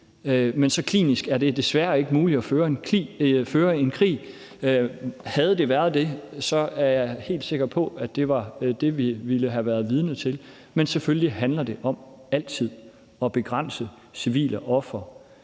men så klinisk er det desværre ikke muligt at føre en krig. Havde det været det, er jeg helt sikker på, at det var det, vi ville have været vidne til. Men selvfølgelig handler det om altid at begrænse civile ofre,